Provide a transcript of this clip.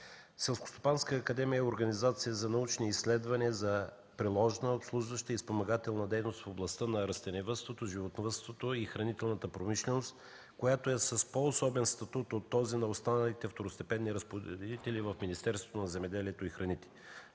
Селскостопанската академия е организация за научни изследвания, за приложно обслужваща и спомагателна дейност в областта на растениевъдството, животновъдството и хранителната промишленост, която е с по-особен статут от този на останалите второстепенни разпоредители в Министерството на земеделието и храните,